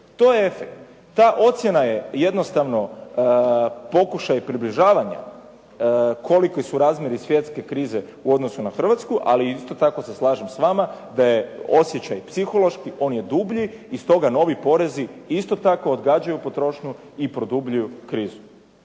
To je efekt. Ta ocjena je jednostavno pokušaj približavanja koliki su razmjeri svjetske krize u odnosu na Hrvatsku ali isto tako se slažem s vama da je osjećaj psihološki, on je dublji i stoga novi porezi isto tako odgađaju potrošnju i produbljuju krizu.